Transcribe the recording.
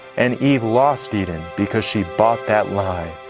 and eve lost eden because she bought that lie.